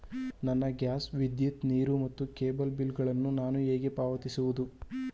ನನ್ನ ಗ್ಯಾಸ್, ವಿದ್ಯುತ್, ನೀರು ಮತ್ತು ಕೇಬಲ್ ಬಿಲ್ ಗಳನ್ನು ನಾನು ಹೇಗೆ ಪಾವತಿಸುವುದು?